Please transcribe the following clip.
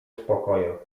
uspokoję